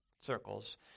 circles